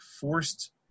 forced